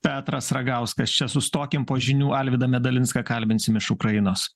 petras ragauskas čia sustokim po žinių alvydą medalinską kalbinsim iš ukrainos